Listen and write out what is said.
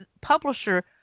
publisher